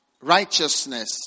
righteousness